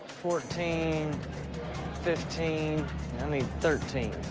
fourteen fifteen. i need thirteen.